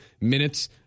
minutes